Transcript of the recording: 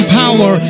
power